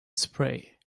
spray